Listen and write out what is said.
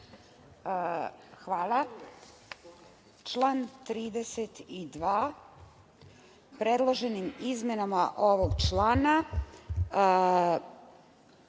Hvala. Član 32. Predloženim izmenama ovog člana